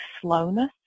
slowness